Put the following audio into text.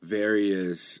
various